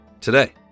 today